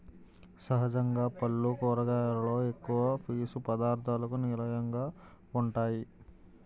సహజంగా పల్లు కూరగాయలలో ఎక్కువ పీసు పధార్ధాలకు నిలయంగా వుంటాయి